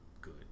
good